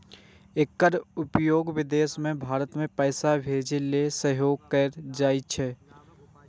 एकर उपयोग विदेश सं भारत मे पैसा भेजै लेल सेहो कैल जाइ छै